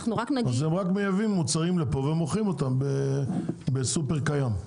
אז הם רק מייבאים מוצרים לפה ומוכרים אותם בסופר קיים.